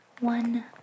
one